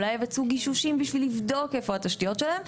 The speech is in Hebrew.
יבצעו גישושים בשביל לבדוק איפה התשתיות שלהם,